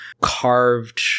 carved